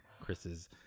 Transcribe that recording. Chris's